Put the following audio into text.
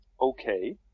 Okay